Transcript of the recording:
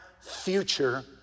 future